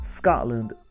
scotland